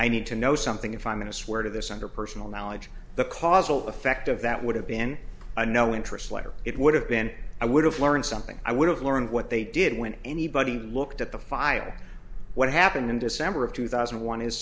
i need to know something if i'm going to swear to this under personal knowledge the causal effect of that would have been a no interest letter it would have been i would have learned something i would have learned what they did when anybody looked at the file what happened in december of two thousand and one is